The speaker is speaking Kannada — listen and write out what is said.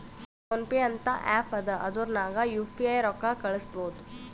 ಫೋನ್ ಪೇ ಅಂತ ಆ್ಯಪ್ ಅದಾ ಅದುರ್ನಗ್ ಯು ಪಿ ಐ ರೊಕ್ಕಾ ಕಳುಸ್ಬೋದ್